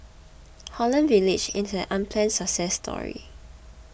Holland Village is an unplanned success story